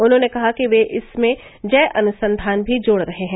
उन्होंने कहा कि वे इसमें जय अनुसंधान भी जोड़ रहे हैं